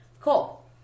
Cool